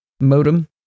modem